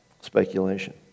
speculation